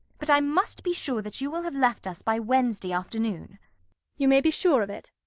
but i must be sure that you will have left us by wednesday afternoon you may be sure of it.